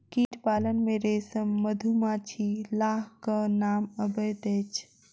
कीट पालन मे रेशम, मधुमाछी, लाहक नाम अबैत अछि